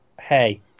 hey